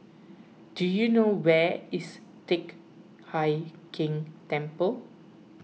do you know where is Teck Hai Keng Temple